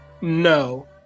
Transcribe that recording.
no